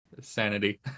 sanity